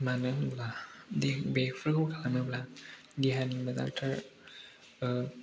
मानो होनोब्ला बेफोरखौ खालामोब्ला देहानि मोजांथार